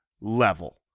level